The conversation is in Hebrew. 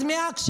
אז מעכשיו,